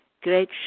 great